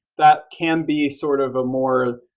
that can be sort of a more,